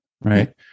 right